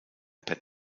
per